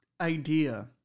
idea